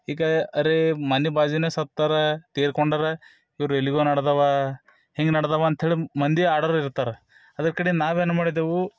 ಈಗ ಅರೆ ಮನೆ ಬಾಜುನೇ ಸತ್ತರೆ ತೀರ್ಕೊಂಡರೆ ಇವರು ಎಲ್ಲಿಗೋ ನಡೆದವ ಹಿಂಗೆ ನಡೆದವ ಅಂತ ಹೇಳಿ ಮಂದಿ ಆಡೋವ್ರು ಇರ್ತಾರೆ ಅದರ ಕಡಿಗೆ ನಾವು ಏನು ಮಾಡಿದೆವು